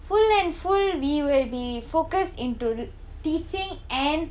full and full we will be focused into teaching and